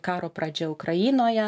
karo pradžia ukrainoje